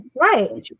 right